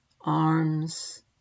arms